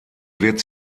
wird